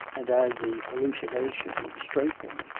and as the hallucination strengthened,